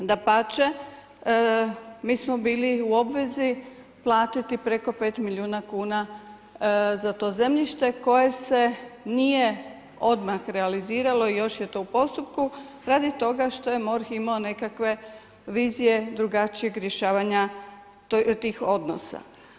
Dapače, mi smo bili u obvezi platiti preko 5 milijuna kuna za to zemljište koje se nije odmah realiziralo i još je to u postupku, radi toga što je MORH imao nekakve vizije drugačijeg rješavanja tih odnosa.